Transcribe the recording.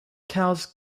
cows